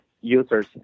users